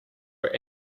were